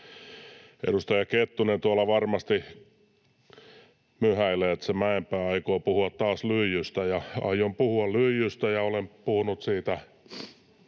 Edustaja Kettunen tuolla varmasti myhäilee, että se Mäenpää aikoo puhua taas lyijystä, ja aion puhua lyijystä. Olen puhunut siitä